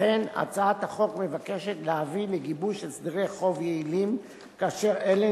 לכן הצעת החוק מבקשת להביא לגיבוש הסדרי חוב יעילים כאשר אלה